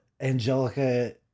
angelica